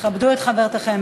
תכבדו את חברתכם.